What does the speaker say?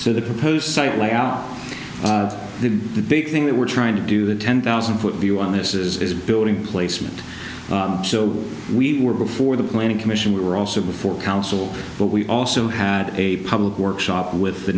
layout the big thing that we're trying to do the ten thousand foot view on this is building placement so we were before the planning commission we were also before council but we also had a public workshop with the